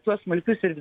tuos smulkius ir